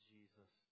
Jesus